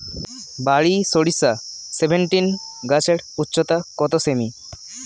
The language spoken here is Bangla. বারি সরিষা সেভেনটিন গাছের উচ্চতা কত সেমি?